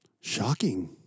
Shocking